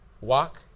walk